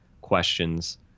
questions